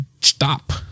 stop